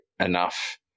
enough